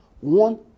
one